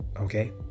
Okay